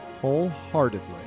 wholeheartedly